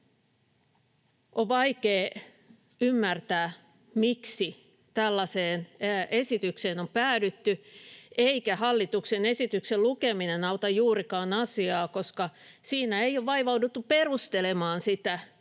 On vaikea ymmärtää, miksi tällaiseen esitykseen on päädytty, eikä hallituksen esityksen lukeminen auta juurikaan asiaa, koska siinä ei ole vaivauduttu perustelemaan sitä,